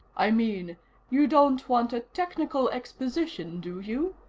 i mean you don't want a technical exposition, do you?